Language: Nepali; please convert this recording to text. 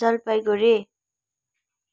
जलपाइगुडी